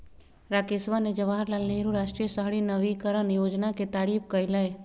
राकेशवा ने जवाहर लाल नेहरू राष्ट्रीय शहरी नवीकरण योजना के तारीफ कईलय